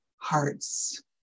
hearts